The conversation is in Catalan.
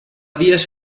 dies